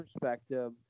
perspective